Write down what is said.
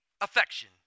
affection